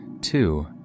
two